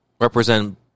represent